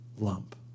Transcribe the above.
lump